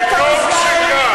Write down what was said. וטוב שכך.